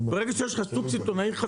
ברגע שיש לך שוק חזק,